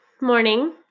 morning